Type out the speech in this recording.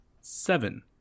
seven